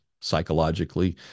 psychologically